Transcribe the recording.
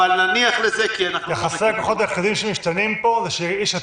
אבל נניח לזה, כי אנחנו לא